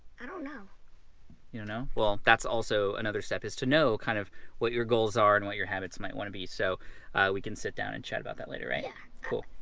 i don't know. you don't know? well that's also another step is to know kind of what your goals are and what your habits might wanna be. so we can sit down and chat about that later right. yeah. cool.